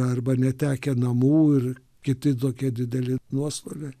arba netekę namų ir kiti tokie dideli nuostoliai